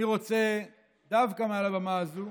אני רוצה דווקא מעל הבמה הזאת